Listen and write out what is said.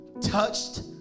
touched